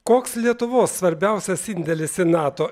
koks lietuvos svarbiausias indėlis į nato